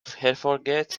hervorgeht